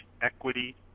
Equity